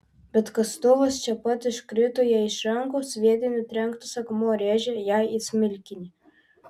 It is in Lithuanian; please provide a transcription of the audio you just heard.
bet kastuvas čia pat iškrito jai iš rankų sviedinio trenktas akmuo rėžė jai į smilkinį